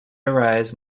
arise